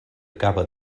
acaba